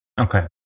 okay